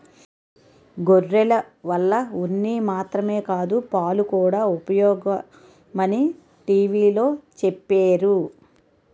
గొర్రెల వల్ల ఉన్ని మాత్రమే కాదు పాలుకూడా ఉపయోగమని టీ.వి లో చెప్పేరు